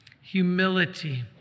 humility